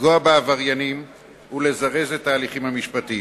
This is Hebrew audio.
לפגוע בעבריינים ולזרז את ההליכים המשפטיים.